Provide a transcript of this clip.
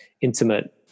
intimate